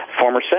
former